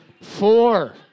Four